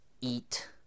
eat